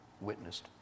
witnessed